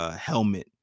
helmet